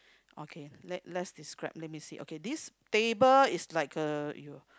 okay let let's describe let me see okay this table is like the